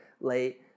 late